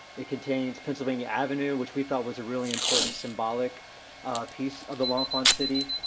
it contains pennsylvania avenue, which we felt was a really important symbolic piece of the l'enfant city.